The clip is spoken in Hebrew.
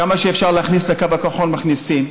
כמה שאפשר להכניס לקו הכחול, מכניסים,